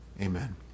Amen